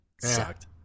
Sucked